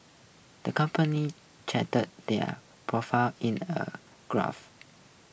the company charted their profits in a graph